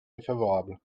défavorable